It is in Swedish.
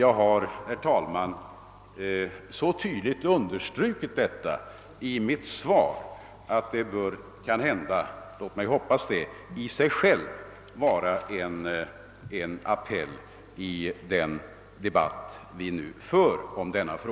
Jag har, herr talman, så tydligt understrukit detta i mitt svar, att det — låt mig hoppas det — i sig självt bör vara en appell i den debatt vi nu för.